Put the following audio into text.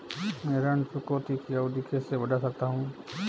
मैं ऋण चुकौती की अवधि कैसे बढ़ा सकता हूं?